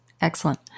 Excellent